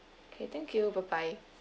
okay thank you bye bye